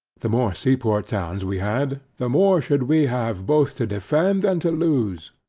the more sea port towns we had, the more should we have both to defend and to loose.